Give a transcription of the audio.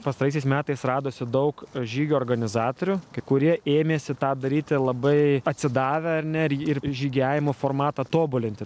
pastaraisiais metais radosi daug žygio organizatorių kai kurie ėmėsi tą daryti labai atsidavę ar ne ir ir žygiavimo formatą tobulinti